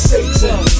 Satan